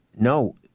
no